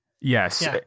yes